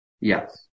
Yes